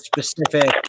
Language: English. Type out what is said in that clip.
specific